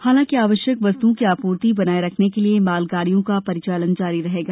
हालांकि आवश्यक वस्तुओं की आपूर्ति बनाये रखने के लिए मालगाड़ियों का परिचालन जारी रहेगा